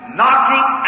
knocking